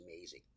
amazing